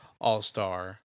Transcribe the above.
all-star